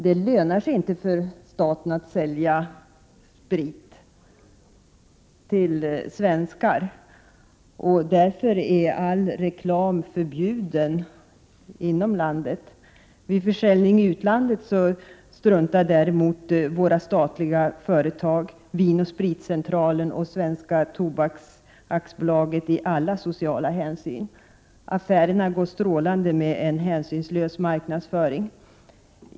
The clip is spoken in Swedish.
Det lönar sig inte för staten att sälja sprit till svenskar. Därför är all reklam förbjuden — inom landet. Vid försäljning i utlandet struntar däremot våra statliga företag, Vin & Spritcentralen samt Svenska Tobaks AB, i alla sociala hänsyn. Affärerna går strålande med hjälp av en hänsynslös marknadsföring.